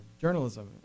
journalism